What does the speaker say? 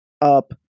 up